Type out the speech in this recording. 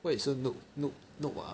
why you so noob noob noob ah